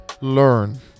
learn